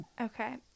okay